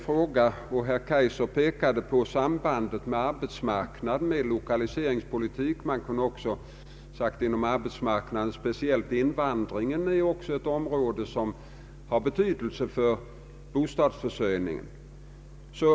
anslag till bostadsbyggande m.m. nad och lokaliseringspolitik. Jag vill då understryka att även invandringen är en faktor som påverkar bostadsförsörjningen.